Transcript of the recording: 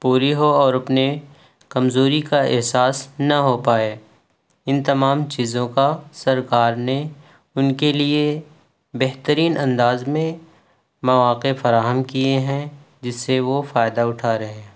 پوری ہو اور اپنے کمزوری کا احساس نہ ہو پائے ان تمام چیزوں کا سرکار نے ان کے لیے بہترین انداز میں مواقع فراہم کیے ہیں جس سے وہ فائدہ اٹھا رہے ہیں